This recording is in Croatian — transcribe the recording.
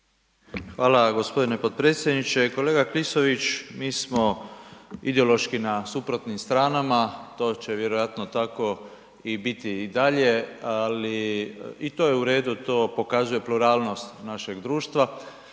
Hvala g. potpredsjedniče. Kolega Klisović, mi smo ideološki na suprotnim stranama, to će vjerojatno tako biti i dalje, ali i to je u redu, to pokazuje pluralnost našeg društva,